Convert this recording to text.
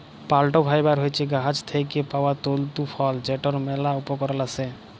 plant fibre হছে গাহাচ থ্যাইকে পাউয়া তল্তু ফল যেটর ম্যালা উপকরল আসে